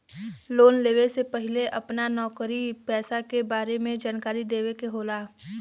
Loan लेवे से पहिले अपना नौकरी पेसा के बारे मे जानकारी देवे के होला?